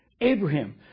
Abraham